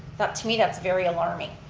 to me that's very alarming.